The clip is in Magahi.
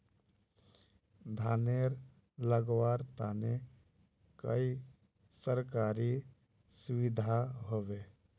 धानेर लगवार तने कोई सरकारी सुविधा होबे?